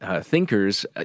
thinkers